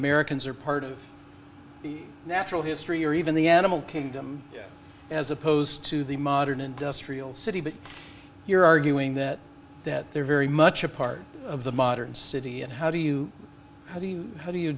americans are part of the natural history or even the animal kingdom as opposed to the modern industrial city but you're arguing that that they're very much a part of the modern city and how do you how do you how do you